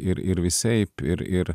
ir ir visaip ir ir